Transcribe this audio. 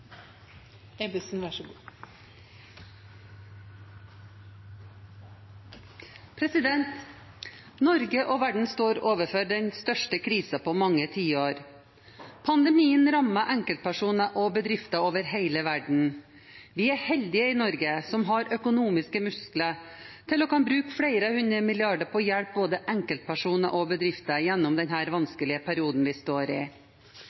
og verden står overfor den største krisen på mange tiår. Pandemien rammer enkeltpersoner og bedrifter over hele verden. Vi er heldige i Norge som har økonomiske muskler til å kunne bruke flere hundre milliarder på å hjelpe både enkeltpersoner og bedrifter gjennom den vanskelige perioden vi står i.